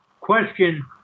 question